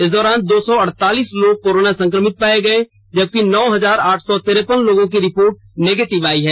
इस दौरान दो सौ अड़तालीस लोग कोरोना संक्रमित पाए गए जबकि नौ हजार आठ सौ तिरेपन लोगों की रिपोर्ट निगेटिव आई है